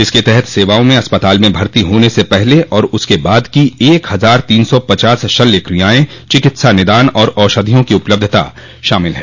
इसके तहत सेवाओं में अस्पताल में भर्ती होने से पहले और उसके बाद की एक हजार तीन सौ पचास शल्य क्रियाएं चिकित्सा निदान और औषधियों की उपलब्धता शामिल है